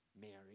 Mary